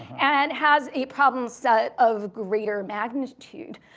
and has a problem set of greater magnitude.